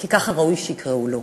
כי כך ראוי שיקראו לו.